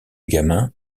gamin